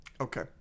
Okay